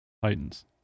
Titans